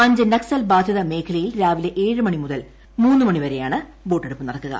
അഞ്ച് നക്സൽ ബാധിത മേഖലയിൽ രാവിലെ ഏഴ് മണി മുതൽ മൂന്ന് മണി വരെയാണ് വോട്ടെടുപ്പ് നടക്കുക